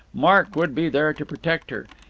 mark would be there to protect her.